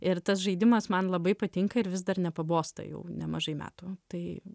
ir tas žaidimas man labai patinka ir vis dar nepabosta jau nemažai metų tai